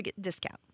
discount